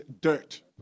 dirt